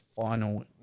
final